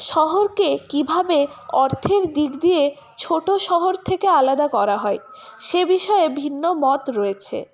শহরকে কীভাবে অর্থের দিক দিয়ে ছোট শহর থেকে আলাদা করা হয় সে বিষয়ে ভিন্ন মত রয়েছে